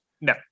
No